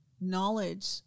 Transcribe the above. knowledge